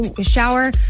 shower